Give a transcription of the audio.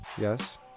yes